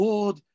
Lord